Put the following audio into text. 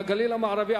מהגליל המערבי,